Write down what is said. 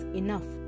enough